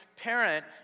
parent